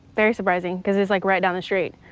very surprising because it's like right down the street.